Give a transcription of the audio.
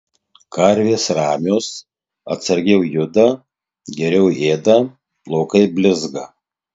karvės ramios atsargiau juda geriau ėda plaukai blizga